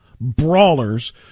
brawlers